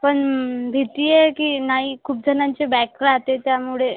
पण भीती आहे की नाही खूपजणांचे बॅक राहते त्यामुळे